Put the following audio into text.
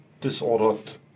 disordered